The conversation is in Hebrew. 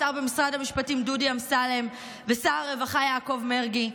השר במשרד המשפטים דודי אמסלם ושר הרווחה יעקב מרגי.